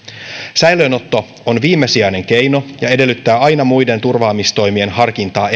säilöönotto on viimesijainen keino ja se edellyttää aina muiden turvaamistoimien harkintaa